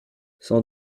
sans